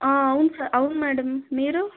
అవును సా అవును మేడం మీరు